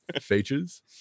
Features